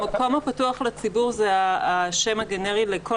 המקום הפתוח לציבור זה השם הגנרי לכל